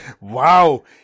Wow